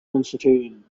uncertain